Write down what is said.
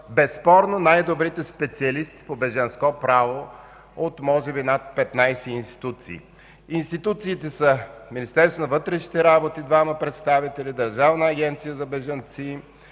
безспорно това са най-добрите специалисти по бежанско право от може би над 15 институции. Институциите са: Министерството на вътрешните работи – двама представители, Държавната агенция за бежанците,